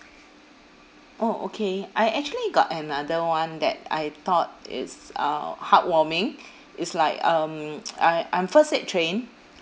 oh okay I actually got another one that I thought is uh heart-warming is like um I I'm first aid trained